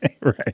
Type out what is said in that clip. Right